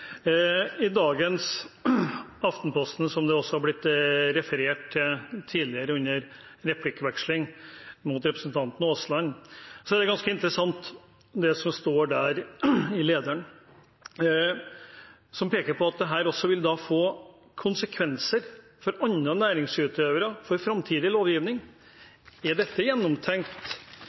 I dagens Aftenposten, som det også har blitt referert til tidligere, under replikkvekslingen etter representanten Aaslands innlegg, er det som står i lederen, ganske interessant. Den peker på at dette også vil få konsekvenser for andre næringsutøvere, for framtidig lovgivning. Er dette gjennomtenkt